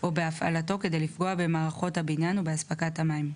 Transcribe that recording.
או בהפעלתו כדי לפגוע במערכות הבניין ובאספקת המים,